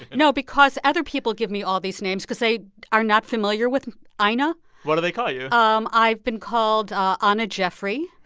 no, because other people give me all these names because they are not familiar with ina what do they call you? um i've been called ana jeffrey